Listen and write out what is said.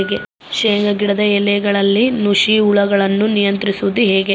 ಶೇಂಗಾ ಗಿಡದ ಎಲೆಗಳಲ್ಲಿ ನುಷಿ ಹುಳುಗಳನ್ನು ನಿಯಂತ್ರಿಸುವುದು ಹೇಗೆ?